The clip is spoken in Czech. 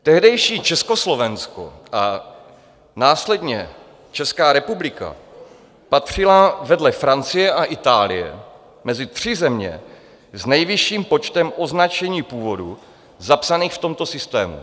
Tehdejší Československo a následně Česká republika patřila vedle Francie a Itálie mezi tři země s nejvyšším počtem označení původu zapsaných v tomto systému.